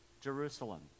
Jerusalem